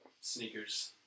Sneakers